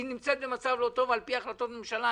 היא נמצאת במצב לא טוב על פי החלטות ממשלה.